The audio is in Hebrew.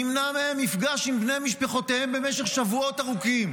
נמנע מהם מפגש עם בני משפחותיהם במשך שבועות ארוכים